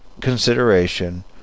consideration